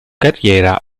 carriera